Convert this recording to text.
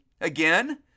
again